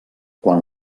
quan